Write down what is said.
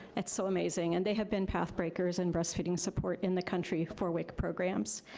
it's so amazing and they have been path breakers in breastfeeding support in the country for wic programs.